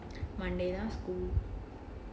monday lah school